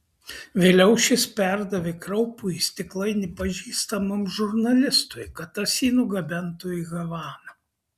vėliau šis perdavė kraupųjį stiklainį pažįstamam žurnalistui kad tas jį nugabentų į havaną